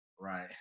Right